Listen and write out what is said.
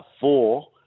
four